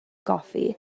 goffi